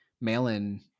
mail-in